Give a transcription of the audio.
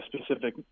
specific